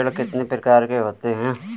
ऋण कितनी प्रकार के होते हैं?